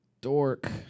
dork